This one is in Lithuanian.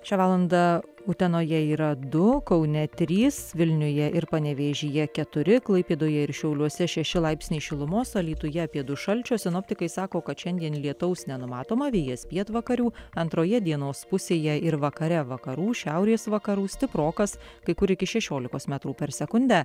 šią valandą utenoje yra du kaune trys vilniuje ir panevėžyje keturi klaipėdoje ir šiauliuose šeši laipsniai šilumos alytuje apie du šalčio sinoptikai sako kad šiandien lietaus nenumatoma vėjas pietvakarių antroje dienos pusėje ir vakare vakarų šiaurės vakarų stiprokas kai kur iki šešiolikos metrų per sekundę